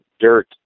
dirt